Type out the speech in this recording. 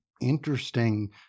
interesting